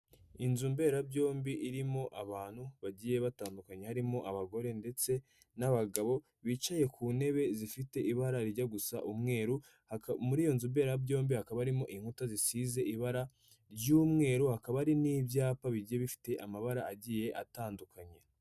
Inzu mberabyombi irimo abantu bagiye batandukanye, harimo abagore ndetse n'abagabo bicaye ku ntebe zifite ibara rijya gusa umweru, muri iyo nzu mberabyombi hakaba harimo inkuta zisize ibara ry'umweru, hakaba hari n'ibyapa bigiye bifite amabara agiye atandukanye.